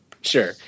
Sure